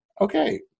okay